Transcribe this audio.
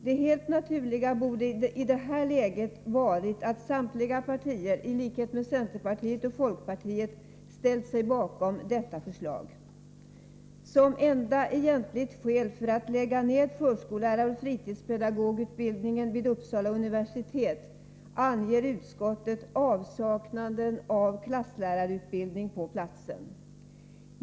Det helt naturliga borde i det här läget ha varit att samtliga partier, i likhet med centerpartiet och folkpartiet, ställt sig bakom detta förslag. Som enda egentliga skäl för att lägga ner förskolläraroch fritidspedagogutbildningen vid Uppsala universitet anger utskottet avsaknaden av klasslärarutbildning på platsen.